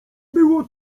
było